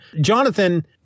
Jonathan